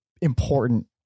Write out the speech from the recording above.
important